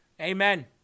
Amen